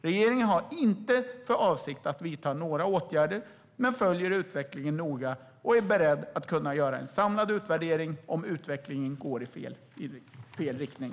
Regeringen har inte för avsikt att vidta några åtgärder men följer utvecklingen noga och är beredd att kunna göra en samlad utvärdering om utvecklingen går i fel riktning.